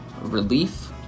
relief